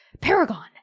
Paragon